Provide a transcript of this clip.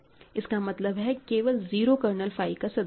इसका मतलब है केवल 0 कर्नल फाई का सदस्य है